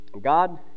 God